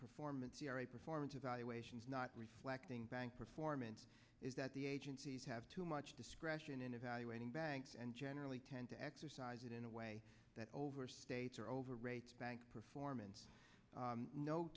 performance performance evaluations not reflecting bank performance is that the agencies have too much discretion in evaluating banks and generally tend to exercise it in a way that overstates or over rates bank performance